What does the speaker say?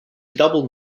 double